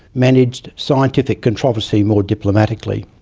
managed scientific controversy more diplomatically.